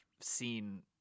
seen